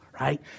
Right